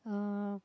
uh